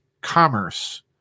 commerce